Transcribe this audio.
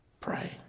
Pray